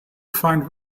find